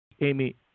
Amy